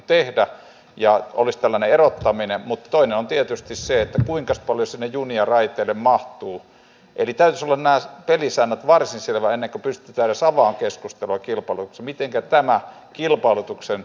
kuitenkin riittävän sodanajan joukon varmistamiseksi hallituksen on tietysti se että muita olisimme junia raiteille mahtuu eli täyslunnaat pelisäännöt varsin selvänä pystytään huolehdittava reservivajeen paikkaamisesta tämän muutoksen myötä